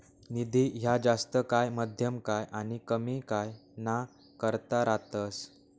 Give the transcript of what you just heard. निधी ह्या जास्त काय, मध्यम काय आनी कमी काय ना करता रातस